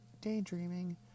daydreaming